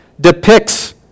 depicts